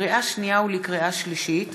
לקריאה שנייה ולקריאה שלישית: